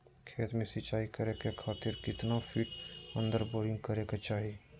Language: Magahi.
खेत में सिंचाई करे खातिर कितना फिट अंदर बोरिंग करे के चाही?